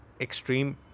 extreme